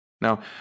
Now